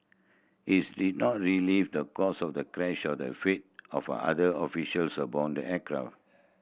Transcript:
is did not relieve the cause of the crash or the fate of other officials abound the aircraft